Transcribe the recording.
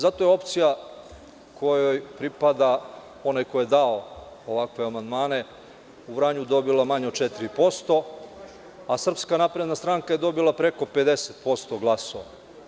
Zato je opcija kojoj pripada, onaj ko je dao ovakve amandmane, u Vranju dobilo manje od 4%, a SNS je dobila preko 50% glasova.